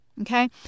Okay